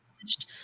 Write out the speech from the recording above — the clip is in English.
finished